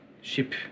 ship